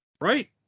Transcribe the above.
right